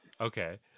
Okay